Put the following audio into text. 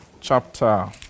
chapter